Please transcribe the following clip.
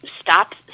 stop